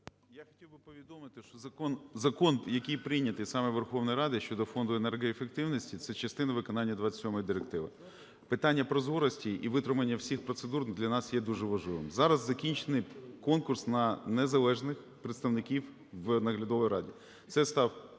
Я хотів би повідомити, що закон, закон, який прийнятий саме Верховною Радою щодо фонду енергоефективності, – це частина виконання 27 директиви. Питання прозорості і витримання всіх процедур для нас є дуже важливим. Зараз закінчений конкурс на незалежних представників в Наглядовій раді.